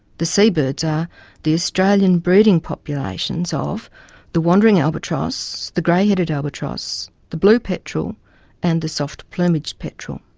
the seabirds are the australian breeding populations of the wandering albatross, the grey-headed albatross, the blue petrel and the soft-plumaged petrel.